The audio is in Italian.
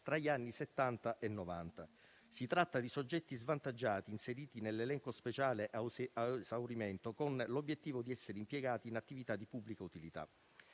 tra gli anni Settanta e Novanta. Si tratta di soggetti svantaggiati inseriti nell’elenco speciale ad esaurimento, con l’obiettivo di essere impiegati in attività di pubblica utilità.